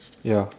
ya